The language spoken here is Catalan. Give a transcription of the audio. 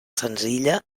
senzilla